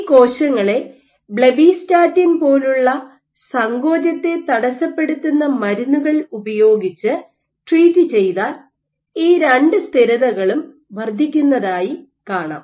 ഈ കോശങ്ങളെ blebbistatin bleb പോലുള്ള സങ്കോചത്തെ തടസ്സപ്പെടുത്തുന്ന മരുന്നുകൾ ഉപയോഗിച്ച് ട്രീറ്റ് ചെയ്താൽ ഈ രണ്ട് സ്ഥിരതകളും വർദ്ധിക്കുന്നതായി കാണാം